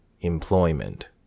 employment